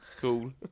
cool